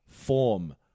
Form